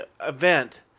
event